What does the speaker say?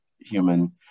human